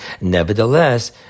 nevertheless